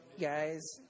Guys